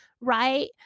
Right